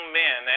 men